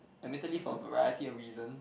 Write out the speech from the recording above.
admittedly for a variety of reasons